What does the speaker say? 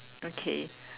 okay